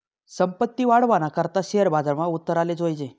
संपत्ती वाढावाना करता शेअर बजारमा उतराले जोयजे